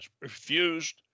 refused